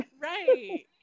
Right